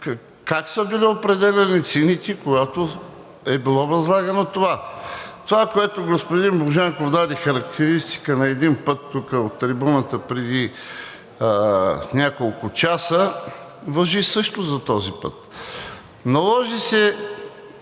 Как са били определяни цените, когато е било възлагано това? Това, за което господин Божанков даде характеристика на един път тук от трибуната преди няколко часа, важи също за този път. Наложи се